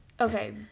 Okay